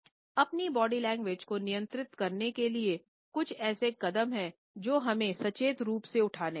अपनी body language को नियंत्रित करने के लिए कुछ ऐसे कदम हैं जो हमें सचेत रूप से उठाने चाहिए